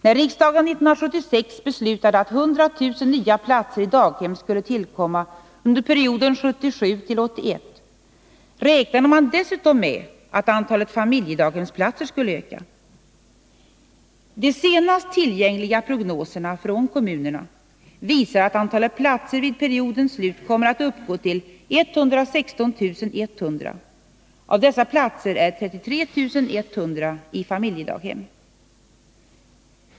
När riksdagen 1976 beslutade att 100 000 nya platser i daghem skulle tillkomma under perioden 1977-1981 räknade man dessutom med att antalet familjedaghemsplatser skulle öka. De senast tillgängliga prognoserna från kommunerna visar att antalet platser vid periodens slut kommer att uppgå till 116 100. Av dessa platser är 33 100 i familjedaghem.